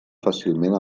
fàcilment